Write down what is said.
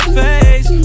face